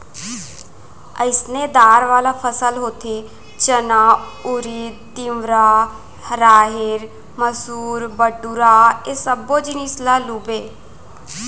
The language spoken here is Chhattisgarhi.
अइसने दार वाला फसल होथे चना, उरिद, तिंवरा, राहेर, मसूर, बटूरा ए सब्बो जिनिस ल लूबे